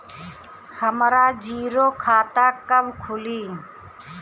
हमरा जीरो खाता कब खुली?